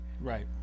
Right